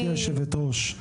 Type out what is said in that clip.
גברתי יושבת הראש,